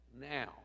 now